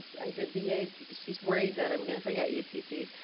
i did v a. she's worried that i'm going to forget you, ceci,